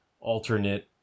alternate